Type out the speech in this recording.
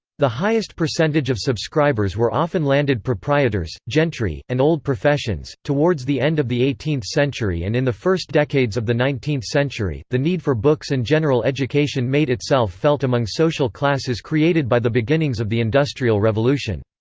the highest percentage of subscribers were often landed proprietors, gentry, and old professions towards the end of the eighteenth century and in the first decades of the nineteenth century, the need for books and general education made itself felt among social classes created by the beginnings of the industrial revolution.